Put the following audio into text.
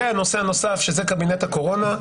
והנושא הנוסף שזה קבינט הקורונה.